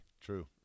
True